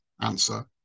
answer